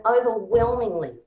overwhelmingly